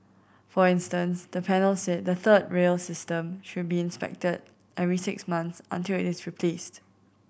for instance the panel said the third rail system should be inspected every six months until it is replaced